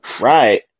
Right